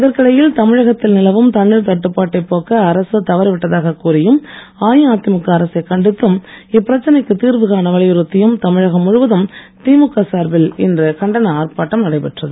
இதற்கிடையில் தமிழகத்தில் நிலவும் தண்ணீர் தட்டுப்பாட்டை போக்க அரசு தவறிவிட்டதாக கூறியும் அஇஅதிமுக அரசைக் கண்டித்தும் இப்பிரச்னைக்கு தீர்வு காண வலியுறுத்தியும் தமிழகம் முழுவதும் திமுக சார்பில் இன்று கண்டன ஆர்ப்பாட்டம் நடைபெற்றது